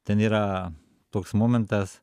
ten yra toks momentas